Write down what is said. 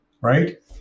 right